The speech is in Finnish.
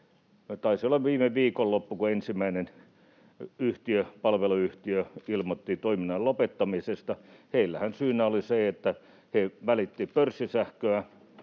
taisi olla viime viikonloppuna, kun ensimmäinen palveluyhtiö ilmoitti toiminnan lopettamisesta. Heillähän syynä oli se, että he välittivät pörssisähköä,